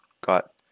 got